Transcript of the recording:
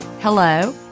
hello